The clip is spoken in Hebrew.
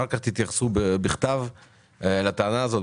אחר כך תתייחסו בכתב לטענה הזאת,